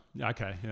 okay